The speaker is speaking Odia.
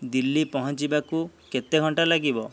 ଦିଲ୍ଲୀ ପହଞ୍ଚିବାକୁ କେତେ ଘଣ୍ଟା ଲାଗିବ